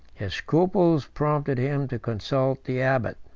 his scruples prompted him to consult the abbot.